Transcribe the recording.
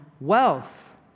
wealth